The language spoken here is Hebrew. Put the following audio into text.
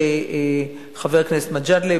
חבר הכנסת מג'אדלה,